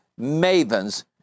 mavens